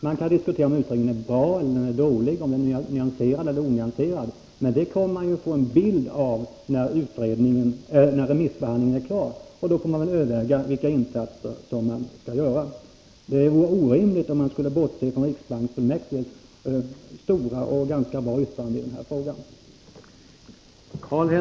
Man kan diskutera om utredningen var bra eller dålig, om den var nyanserad eller onyanserad, men det kommer man att få en bild av när remissbehandlingen är klar. Då får man överväga vilka insatser som skall vidtas. Det vore orimligt att bortse från riksbanksfullmäktiges omfattande och ganska bra yttrande i den här frågan.